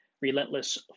relentless